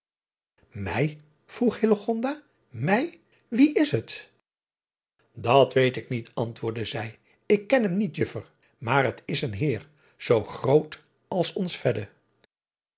ij vroeg mij ie is het at weet ik niet antwoorde zij ik ken hem niet uffer maar het is een eer zoo groot als ons